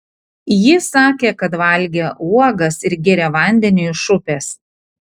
ji sakė kad valgė uogas ir gėrė vandenį iš upės